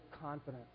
confidence